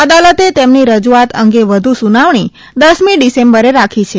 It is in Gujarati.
અદાલતે તેમની રજૂઆત અંગે વધુ સુનાવણી દસમી ડિસેમ્બરે રાખી છે